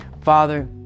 Father